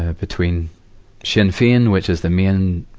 ah between sinn fein, which is the main, ah,